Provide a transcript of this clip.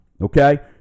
okay